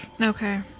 Okay